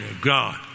God